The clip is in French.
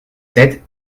sept